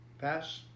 Pass